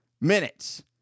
minutes